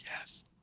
yes